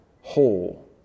whole